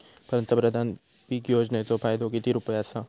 पंतप्रधान पीक योजनेचो फायदो किती रुपये आसा?